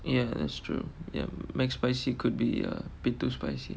ya that's true ya McSpicy could be uh a bit too spicy